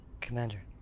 commander